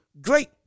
great